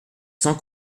sans